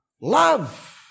love